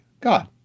God